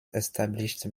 established